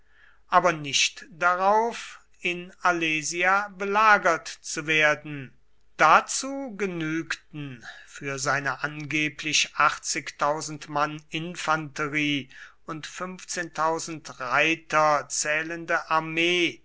aber nicht darauf in alesia belagert zu werden dazu genügten für seine angeblich mann infanterie und reiter zählende armee